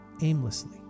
aimlessly